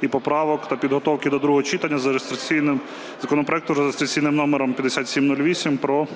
і поправок та підготовки до другого читання за реєстраційним, законопроекту за реєстраційним номером 5708 про